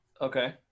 Okay